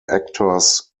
actors